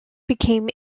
became